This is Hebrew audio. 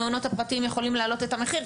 המעונות הפרטיים יכולים להעלות את המחיר,